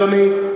אדוני.